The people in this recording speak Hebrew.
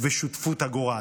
ושותפות הגורל.